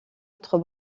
autre